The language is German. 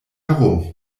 herum